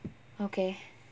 okay